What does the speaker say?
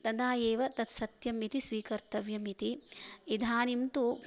तदा एव तत् सत्यम् इति स्वीकर्तव्यम् इति इदानीं तु